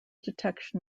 detection